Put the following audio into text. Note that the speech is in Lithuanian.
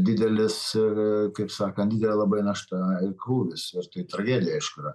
didelis ir kaip sakant labai našta ir krūvis ir tai tragedija aišku yra